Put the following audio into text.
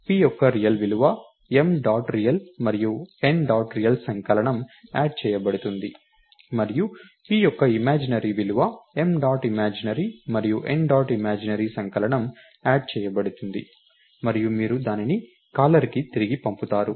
p యొక్క real విలువ m dot real మరియు n డాట్ రియల్ సంకలనంయాడ్ చేయబడుతుంది మరియు p యొక్క ఇమాజినరీ విలువ m డాట్ ఇమాజినరీ మరియు n డాట్ ఇమాజినరీ సంకలనంయాడ్ చేయబడుతుంది మరియు మీరు దానిని కాలర్కు తిరిగి పంపుతారు